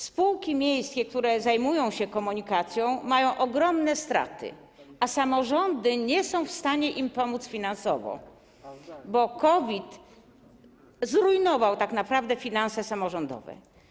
Spółki miejskie, które zajmują się komunikacją, mają ogromne straty, a samorządy nie są w stanie im pomóc finansowo, bo COVID zrujnował tak naprawdę finanse samorządowe.